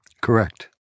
Correct